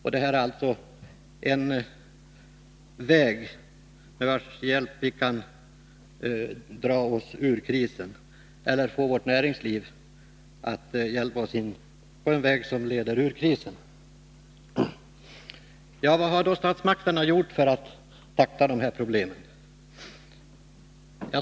På det sättet kan vi alltså få vårt näringsliv att hjälpa oss in på den väg som leder ur krisen. Vad har då statsmakterna gjort för att tackla de här problemen?